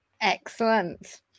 Excellent